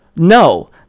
No